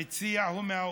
המציע הוא מהאופוזיציה,